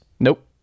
Nope